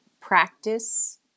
practice